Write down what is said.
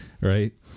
right